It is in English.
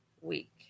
week